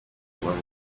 ubundi